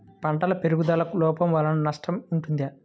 పంటల పెరుగుదల లోపం వలన నష్టము ఉంటుందా?